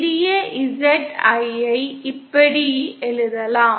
சிறிய Z ஐ இப்படி எழுதலாம்